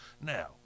Now